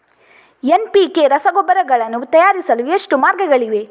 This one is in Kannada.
ಎನ್.ಪಿ.ಕೆ ರಸಗೊಬ್ಬರಗಳನ್ನು ತಯಾರಿಸಲು ಎಷ್ಟು ಮಾರ್ಗಗಳಿವೆ?